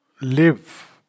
live